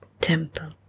temple